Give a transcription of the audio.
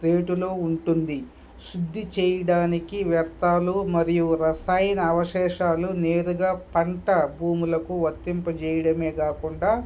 రేటులో ఉంటుంది శుద్ధి చేయడానికి వ్యర్థాలు మరియు రసాయన అవశేషాలు నేరుగా పంట భూములకు వర్తింపజేయడమే కాకుండా